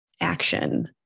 action